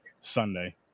Sunday